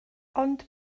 ond